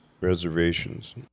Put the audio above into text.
reservations